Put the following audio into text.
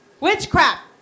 witchcraft